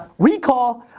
recall.